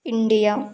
India